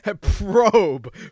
Probe